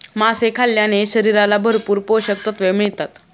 मासे खाल्ल्याने शरीराला भरपूर पोषकतत्त्वे मिळतात